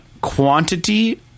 quantity